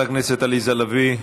חברת הכנסת עליזה לביא,